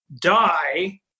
die